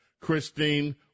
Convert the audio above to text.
Christine